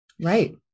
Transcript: Right